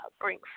bring